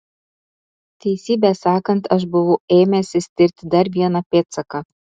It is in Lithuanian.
teisybę sakant aš buvau ėmęsis tirti dar vieną pėdsaką